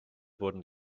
wurden